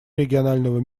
регионального